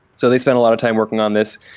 so they spent a lot of time working on this.